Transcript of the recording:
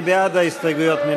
מי בעד ההסתייגויות?